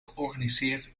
georganiseerd